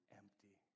empty